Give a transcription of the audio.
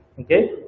Okay